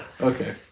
Okay